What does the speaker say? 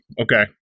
okay